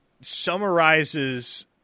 summarizes